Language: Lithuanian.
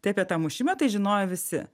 tai apie tą mušimą tai žinojo visi